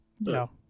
No